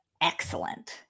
excellent